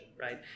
right